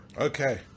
Okay